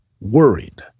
worried